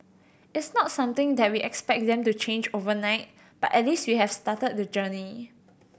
it's not something that we expect them to change overnight but at least we have started the journey